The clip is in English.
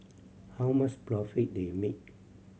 how much profit they make